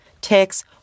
ticks